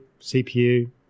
CPU